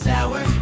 Sour